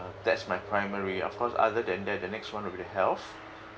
uh that's my primary of course other than that the next one will be the health